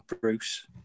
Bruce